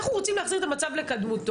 אנחנו רוצים להחזיר את המצב לקדמותו.